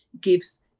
gives